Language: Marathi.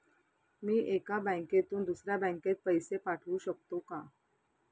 मी एका बँकेतून दुसऱ्या बँकेत पैसे पाठवू शकतो का?